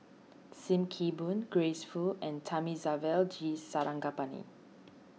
Sim Kee Boon Grace Fu and Thamizhavel G Sarangapani